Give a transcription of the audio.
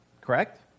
correct